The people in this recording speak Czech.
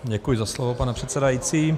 Děkuji za slovo, pane předsedající.